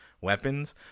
weapons